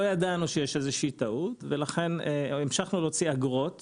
אנחנו לא ידענו שיש איזושהי טעות ולכן המשכנו להוציא אגרות